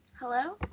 Hello